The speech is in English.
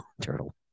Turtle